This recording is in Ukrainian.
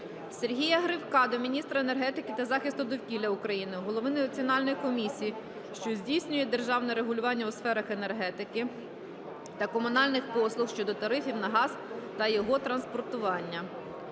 Сергія Гривка до міністра енергетики та захисту довкілля України, Голови Національної комісії, що здійснює державне регулювання у сферах енергетики та комунальних послуг щодо тарифів на газ та його транспортування.